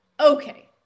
Okay